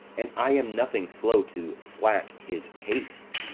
and i am nothing slow to slack his haste.